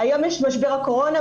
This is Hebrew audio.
היום יש משבר הקורונה,